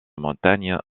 montagnes